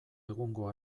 egungo